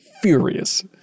furious